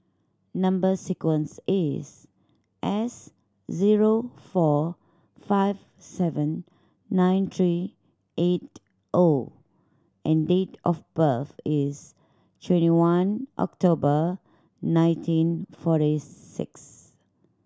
number sequence is S zero four five seven nine three eight O and date of birth is twenty one October nineteen forty six